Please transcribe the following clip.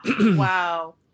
Wow